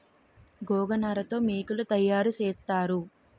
గోగనార తో మోకులు తయారు సేత్తారు